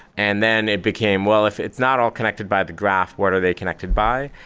and then it became well, if it's not all connected by the graph, what are they connected by?